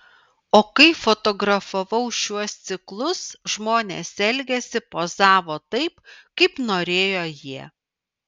o kai fotografavau šiuos ciklus žmonės elgėsi pozavo taip kaip norėjo jie